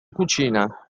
cucina